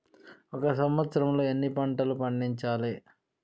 ఒక సంవత్సరంలో ఎన్ని పంటలు పండించాలే?